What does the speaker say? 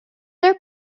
their